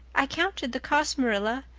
i counted the cost, marilla.